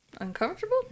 Uncomfortable